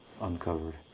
uncovered